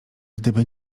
gdyby